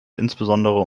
insbesondere